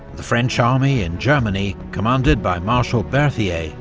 the french army in germany, commanded by marshal berthier,